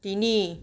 তিনি